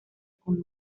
con